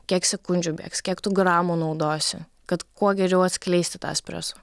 kiek sekundžių bėgs kiek tu gramų naudosi kad kuo geriau atskleisti tą espreso